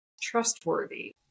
trustworthy